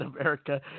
America